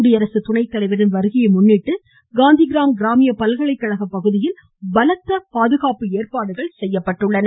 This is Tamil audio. குடியரசுத்துணை தலைவரின் வருகையை முன்னிட்டு காந்திகிராம் பல்கலைக்கழக பகுதியில் பலத்த பாதுகாப்பு ஏற்பாடுகள் செய்யப்பட்டுள்ளன